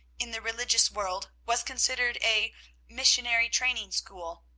in the religious world, was considered a missionary training-school,